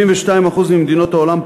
72% ממדינות העולם,